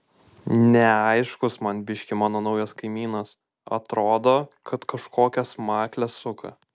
neaiškus man biškį mano naujas kaimynas atrodo kad kažkokias makles suka